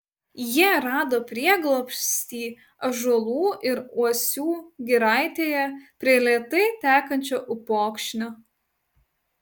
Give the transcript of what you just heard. jie rado prieglobstį ąžuolų ir uosių giraitėje prie lėtai tekančio upokšnio